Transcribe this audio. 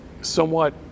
somewhat